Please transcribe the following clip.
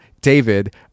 David